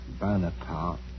Bonaparte